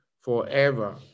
forever